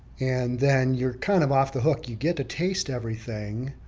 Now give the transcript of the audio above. and then you're kind of off the hook. you get to taste everything,